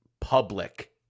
public